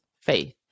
faith